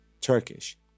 Turkish